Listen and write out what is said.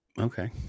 Okay